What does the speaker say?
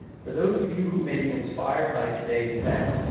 for those of you who may be inspired by today's event,